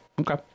Okay